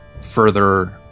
further